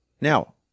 Now